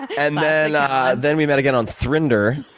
and then we met again on thrinder,